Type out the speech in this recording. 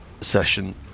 session